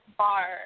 bar